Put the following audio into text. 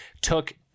took